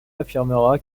affirmera